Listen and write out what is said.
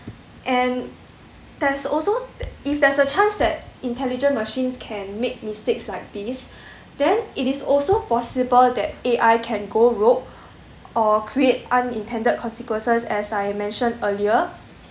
and there's also if there's a chance that intelligent machines can make mistakes like this then it is also possible that A_I can go rouge or create unintended consequences as I mentioned earlier